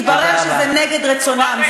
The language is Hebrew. התברר שזה נגד רצונם.